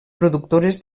productores